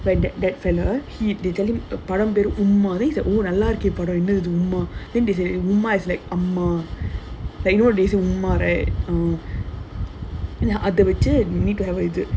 like that that fellow he develo~ போகும்போது:pogumpothu uma then he's like அம்மா:amma uma then they say like uma is like ah mah like they say uma right uh அத வச்சி:adha vachi